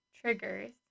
triggers